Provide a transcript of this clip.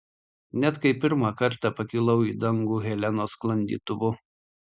net kai pirmą kartą pakilau į dangų helenos sklandytuvu